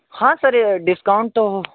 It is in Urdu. ہاں سر ڈسکاؤنٹ تو